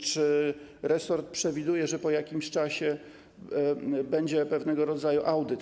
Czy resort przewiduje, że po jakimś czasie będzie pewnego rodzaju audyt?